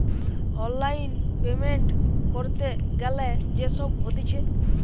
online payment ক্যরতে গ্যালে যে সব হতিছে